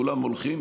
כולם הולכים,